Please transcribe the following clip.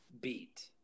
beat